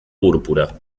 púrpura